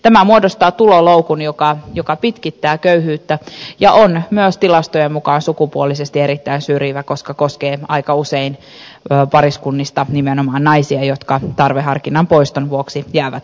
tämä muodostaa tuloloukun joka pitkittää köyhyyttä ja on myös tilastojen mukaan sukupuolisesti erittäin syrjivä koska se koskee pariskunnista aika usein nimenomaan naisia jotka tarveharkinnan poiston vuoksi jäävät vaille tukea